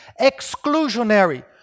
exclusionary